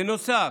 בנוסף,